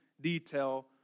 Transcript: detail